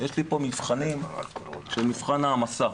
יש לי פה מבחנים של מבחן העמסה.